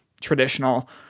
traditional